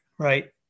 Right